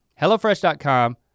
HelloFresh.com